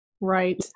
Right